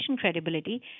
credibility